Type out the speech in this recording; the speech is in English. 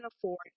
afford